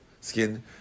skin